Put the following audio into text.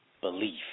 belief